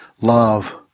love